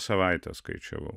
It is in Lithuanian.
savaitę skaičiavau